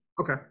Okay